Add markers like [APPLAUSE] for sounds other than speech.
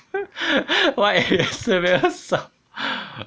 [LAUGHS] what if 也是没有手